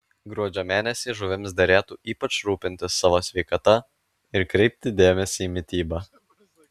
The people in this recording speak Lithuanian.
gruožio mėnesį žuvims derėtų ypač rūpintis savo sveikata ir kreipti dėmesį į mitybą